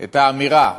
את האמירה: